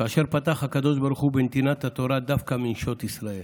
כאשר פתח הקדוש ברוך הוא בנתינת התורה דווקא מנשות ישראל,